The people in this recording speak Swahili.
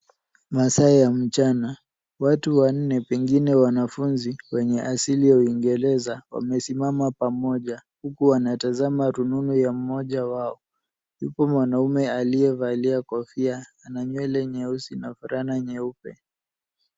Masaa ya mchana watu wanne pengine wanafunzi wenye asili ya uingereza wamesimama pamoja huku wanatazama rununu ya mmoja wao, yupo mwanaume aliyevalia kofia na nywele nyeusi na fulana nyeupe.